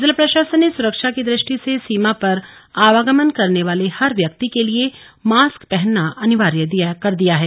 जिला प्रशासन ने सुरक्षा की दृष्टि से सीमा पर आवागमन करने वाले हर व्यक्ति के लिए मास्क पहनना अनिवार्य कर दिया है